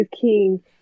King